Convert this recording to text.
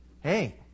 hey